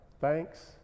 thanks